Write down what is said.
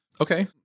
Okay